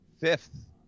fifth